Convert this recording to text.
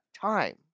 time